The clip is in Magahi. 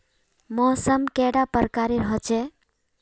मौसम कैडा प्रकारेर होचे?